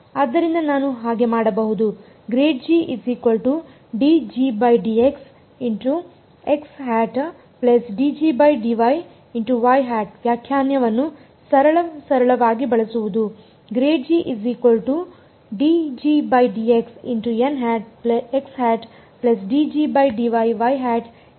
ಆದ್ದರಿಂದ ನಾನು ಹಾಗೆ ಮಾಡಬಹುದು ವ್ಯಾಖ್ಯಾನವನ್ನು ಸರಳ ಸರಳವಾಗಿ ಬಳಸುವುದು